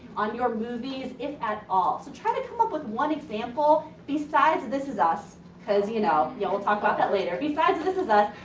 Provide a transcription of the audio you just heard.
on your movies, if at all? so, try to come up with one example besides this is us. cause, you know, you all will talk about that later. besides this is us,